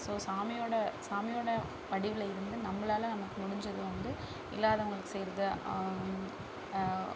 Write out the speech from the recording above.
so சாமிவோட சாமியோட வடிவில் இருந்து நம்மளால் நமக்கு முடிஞ்சது வந்து இல்லாதவங்களுக்கு செய்வது